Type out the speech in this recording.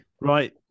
right